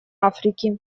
африки